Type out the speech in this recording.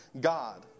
God